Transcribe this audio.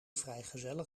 vrijgezellen